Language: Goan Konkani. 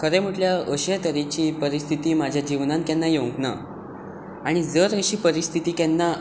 खरें म्हणल्यार अशे तरेची परिस्थिती म्हज्या जिवनांत केन्ना येवंक ना आनी जर अशी परिस्थिती केन्ना